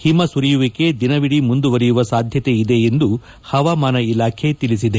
ಹಿಮ ಸುರಿಯುವಿಕೆ ದಿನವಿಡಿ ಮುಂದುವರೆಯುವ ಸಾಧ್ಯತೆಯಿದೆ ಎಂದು ಹವಾಮಾನ ಇಲಾಖೆ ತಿಳಿಸಿದೆ